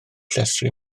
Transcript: llestri